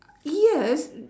yes